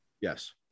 Yes